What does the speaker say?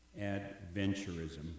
adventurism